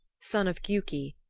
son of giuki,